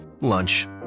lunch